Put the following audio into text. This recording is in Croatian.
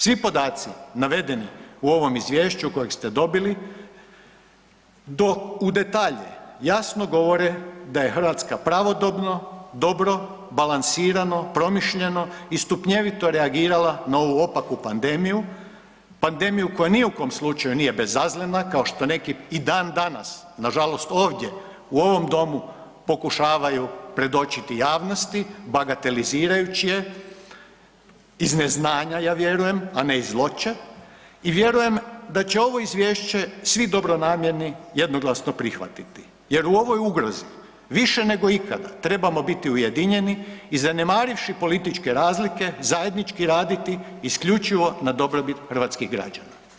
Svi podaci navedeni u ovom izvješću kojeg ste dobili, do u detalje jasno govore da je Hrvatska pravodobno, dobro, balansirano, promišljeno i stupnjevito reagirala na ovu opaku pandemiju, pandemiju koja ni u kom slučaju nije bezazlena kao što neki i dandanas nažalost ovdje u ovom domu pokušavaju predočiti javnosti, bagatelizirajući je iz neznanja ja vjerujem a ne iz zloće i vjerujem da će ovo izvješće svi dobronamjerni jednoglasno prihvatiti jer u ovoj ugrozi više nego ikada trebamo biti ujedinjeni i zanemarivši političke razlike, zajednički raditi isključivo na dobrobit hrvatskih građana.